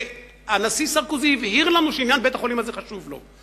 והנשיא סרקוזי הבהיר לנו שעניין בית-החולים הזה חשוב לו.